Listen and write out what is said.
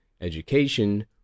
education